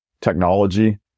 technology